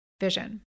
vision